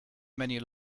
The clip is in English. many